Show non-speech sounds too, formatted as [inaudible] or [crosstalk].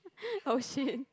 [breath] !oh shit!